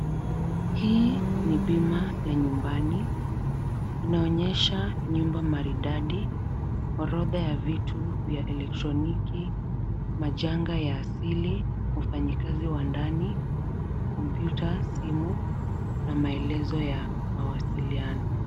Hii ni bima ya nyumbani. Inaonyesha nyumba maridadi, orodha ya vitu vya electroniki, majanga ya asili, wafanyakazi wa ndani, kompyuta, simu na maelezo ya mawasiliano.